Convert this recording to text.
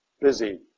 busy